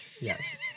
Yes